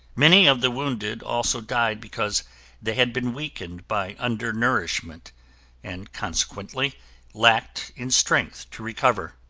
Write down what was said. many of the wounded also died because they had been weakened by under-nourishment and consequently lacked in strength to recover.